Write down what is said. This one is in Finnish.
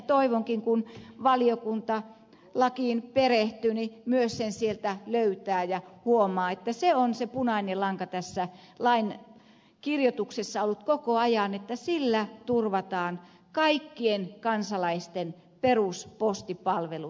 toivonkin että kun valiokunta lakiin perehtyy se myös sen sieltä löytää ja huomaa että se on se punainen lanka tässä lain kirjoituksessa ollut koko ajan että sillä turvataan kaikkien kansalaisten peruspostipalvelut